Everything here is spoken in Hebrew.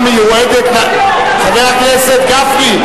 חבר הכנסת גפני,